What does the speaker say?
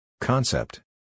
Concept